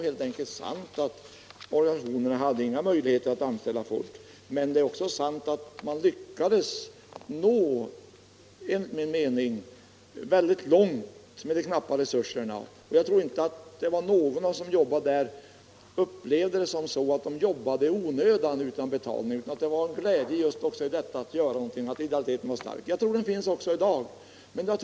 Organisationerna hade inte möjlighet att anställa folk, men mun Ivckades nå mycket långt med de knappa resurserna. Jag tror inte att någon av dem som då jobbade i organisationerna upplevde det som att de jobbade i onödan, utan det var en glädje just i att kunna göra någonting. Idealiteten var stark. Jag tror att den idealiteten finns också i dag.